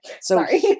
sorry